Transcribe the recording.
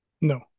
No